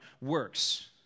works